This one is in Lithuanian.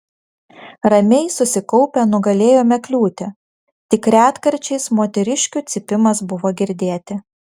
ramiai susikaupę nugalėjome kliūtį tik retkarčiais moteriškių cypimas buvo girdėti